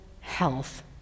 health